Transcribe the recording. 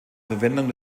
verwendung